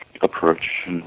approach